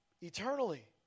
eternally